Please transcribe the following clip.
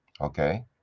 okay